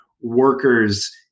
workers